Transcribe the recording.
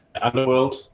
Underworld